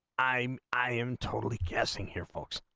i um i am totally guessing here folks